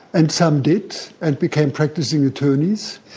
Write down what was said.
and some did, and became practising attorneys,